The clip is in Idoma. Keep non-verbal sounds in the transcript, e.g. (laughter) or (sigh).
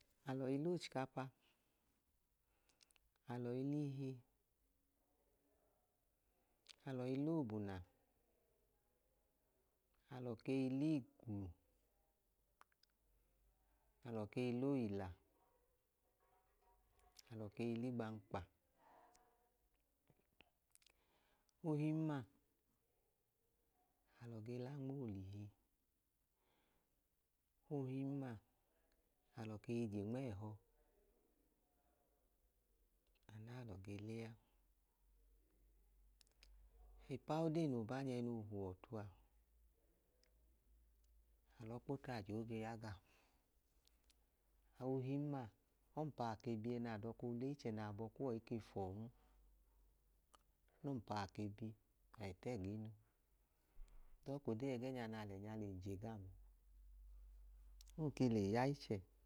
Alọi l'ochikapa, alọi l'ihi alọi l'obuna (noise) alọ kei l'igwu alọ kei l'oyila alọ kei l'igbankpa. Ohimma alọ ge la nm'olihi, (noise) ohimma alọ kei je nm'ẹẹhọ anaa lọ gee lea. Ipaodee no banya ẹnoo huọtu a alọ kpo tajẹ oge ya gaa. Ohimma ọmpaa ke biyẹ na tino le ichẹ n'abọ kuwọ ike fọọn ọmpaa ke bi, ai tẹẹ gunu dọọ k'odee ẹgẹẹnya na lẹnya le je gam m oke le yai